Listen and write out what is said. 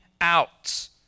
out